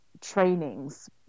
trainings